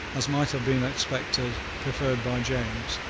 as might have been expected, preferred by james,